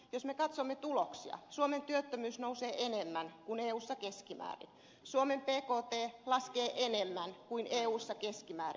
jos me katsomme tuloksia suomen työttömyys nousee enemmän kuin eussa keskimäärin suomen bkt laskee enemmän kuin eussa keskimäärin